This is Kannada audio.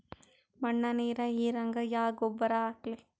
ಮಣ್ಣ ನೀರ ಹೀರಂಗ ಯಾ ಗೊಬ್ಬರ ಹಾಕ್ಲಿ?